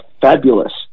fabulous